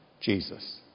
Jesus